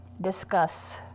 discuss